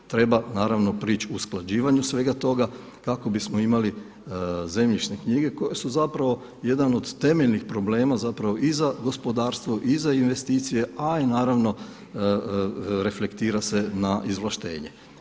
Treba naravno prići usklađivanju svega toga kako bismo imali zemljišne knjige koje su zapravo jedan od temeljnih problema, zapravo i za gospodarstvo i za investicije, a i naravno reflektira se na izvlaštenje.